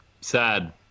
Sad